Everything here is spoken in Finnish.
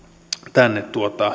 tänne